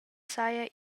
saja